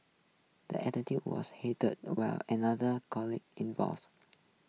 the attitude was heated while another colleague